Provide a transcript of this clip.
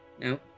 No